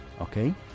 okay